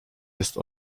jest